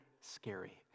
scary